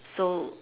so